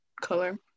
color